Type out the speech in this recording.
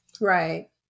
Right